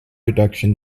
reduction